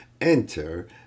Enter